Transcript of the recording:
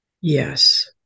Yes